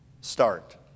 start